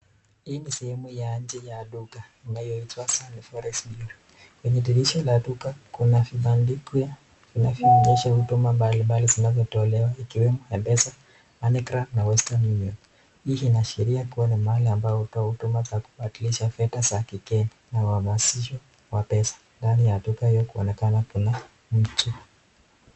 Hii ni sehemu ya nje ya duka inayoitwa Sunny Forex Bureau, kwenye dirisha la duka kuna vibandiko vinavyo onyesha huduma mbalimbali zinazo tolewa ikiwemo Mpesa, Moneygram na western union. Hii inaashiria kuwa ni mahali ambayo hutoa huduma za kubadilisha fedha za kigeni na uhamasisho wa pesa ndani ya duka hiyo kuonekana kuna mtu.